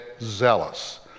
zealous